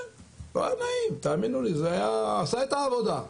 לא היה נעים, זה עשה את העבודה.